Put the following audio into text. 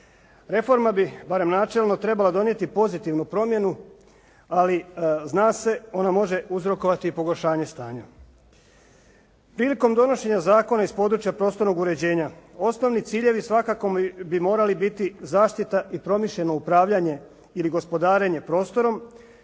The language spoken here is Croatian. Reforma bi barem načelno trebala donijeti pozitivnu promjenu, ali zna se ona može uzrokovati pogoršanje stanje. Prilikom donošenja zakona iz područja prostornog uređenja osnovni ciljevi svakako bi morali biti zaštita i promišljeno upravljanje ili gospodarenje prostorom